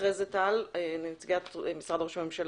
ואחרי זה טל נציגת משרד ראש הממשלה.